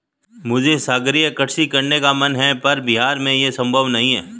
मुझे सागरीय कृषि करने का मन है पर बिहार में ये संभव नहीं है